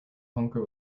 honker